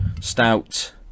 stout